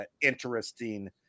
interesting